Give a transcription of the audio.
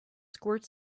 squirt